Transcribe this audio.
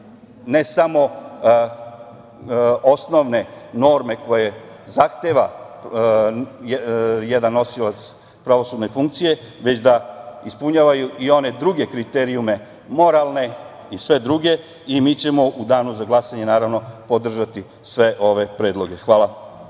ne samo osnovne norme koje zahteva jedan nosilac pravosudne funkcije, već da ispunjavaju i one druge kriterijume moralne i sve druge. Mi ćemo u danu za glasanje naravno podržati sve ove predloge. Hvala.